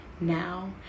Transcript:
now